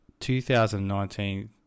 2019